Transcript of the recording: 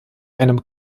einem